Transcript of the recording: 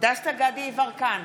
דסטה גדי יברקן,